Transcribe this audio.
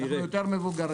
אנחנו יותר מבוגרים.